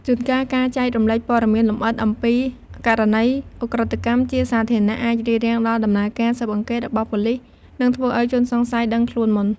ជួនកាល ការចែករំលែកព័ត៌មានលម្អិត អំពី ករណីឧក្រិដ្ឋកម្ម ជាសាធារណៈ អាច រារាំងដល់ដំណើរការស៊ើបអង្កេតរបស់ប៉ូលិស និងធ្វើឱ្យ ជនសង្ស័យដឹងខ្លួនមុន។